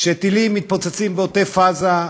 כשטילים מתפוצצים בעוטף-עזה,